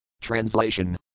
Translation